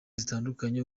zitandukanye